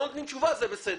אם לא נותנים תשובה זה בסדר.